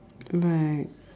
right